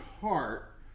heart